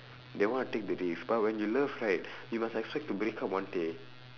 they want to take the risk but when you love right you must expect to break up one day